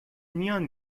میان